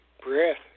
breath